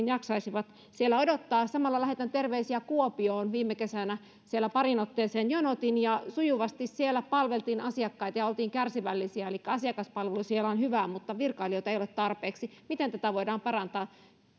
jaksaisivat siellä odottaa samalla lähetän terveisiä kuopioon viime kesänä siellä pariin otteeseen jonotin ja sujuvasti siellä palveltiin asiakkaita ja oltiin kärsivällisiä elikkä asiakaspalvelu siellä on hyvää mutta virkailijoita ei ole tarpeeksi miten tätä voidaan parantaa